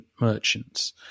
merchants